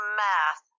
math